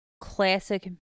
classic